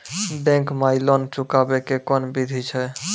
Bank माई loan चुकाबे के कोन बिधि छै?